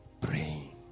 praying